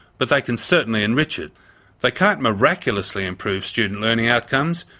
but they can certainly enrich it they can't miraculously improve student learning outcomes,